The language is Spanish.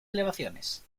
elevaciones